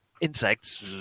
insects